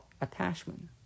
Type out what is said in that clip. attachment